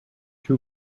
two